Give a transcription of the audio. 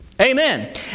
Amen